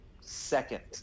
second